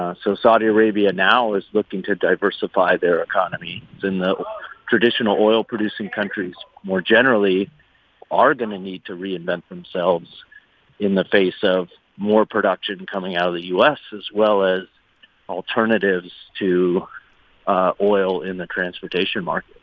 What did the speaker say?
ah so saudi arabia now is looking to diversify their economy. and the traditional oil-producing countries more generally are going to need to reinvent themselves in the face of more production and coming out of the u s, as well as alternatives to ah oil in the transportation market